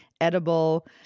edible